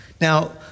Now